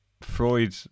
Freud